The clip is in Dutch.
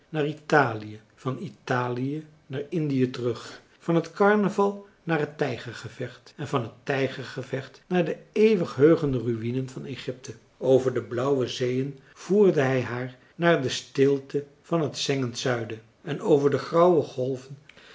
naar italië van italië naar indië terug van het carnaval naar het tijgergevecht en van het tijgergevecht naar de eeuwenheugende ruïnen van egypte over de blauwe zeeën voerde hij haar naar de stilte van het zengend zuiden en over de grauwe golven